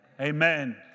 Amen